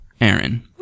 Aaron